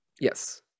Yes